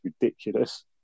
ridiculous